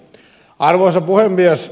arvoisa puhemies